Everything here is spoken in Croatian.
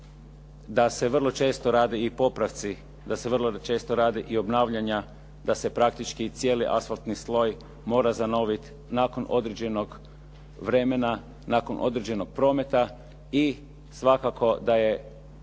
da se vrlo često rade i popravci, da se vrlo često rade i obnavljanja, da se praktički cijeli asfaltni sloj mora zanoviti nakon određenog vremena, nakon određenog prometa. I svakako da je,